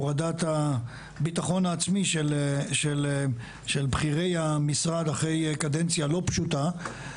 הורדת הביטחון העצמי של בכירי המשרד אחרי קדנציה לא פשוטה.